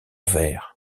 vers